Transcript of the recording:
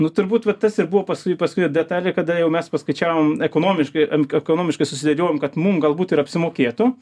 nu turbūt vat tas ir buvo paskutinė paskutinė detalė kada jau mes paskaičiavom ekonomiškai em ekonomiškai susidėliojom kad mum galbūt ir apsimokėtų